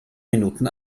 minuten